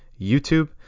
YouTube